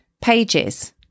pages